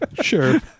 Sure